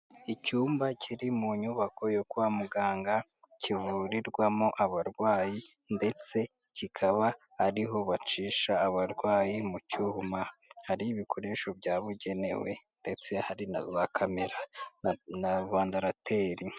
Icyumba kiri mu nyubako yo kwa muganga kivurirwamo abarwayi ndetse kikaba ariho bacisha abarwayi mu cyuma, hari ibikoresho byabugenewe ndetse hari na za kamera na vandarateri.